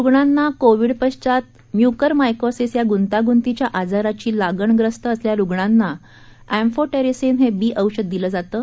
रुग्णांना कोविडपश्वात म्युकरमायकोसीस या गुंतागुंतिच्या आजाराची लागण ग्रस्त असलेल्या रुग्णांना अध्यक्कोटेरिसिन बी औषध दिलं जातं